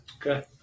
Okay